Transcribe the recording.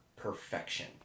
perfection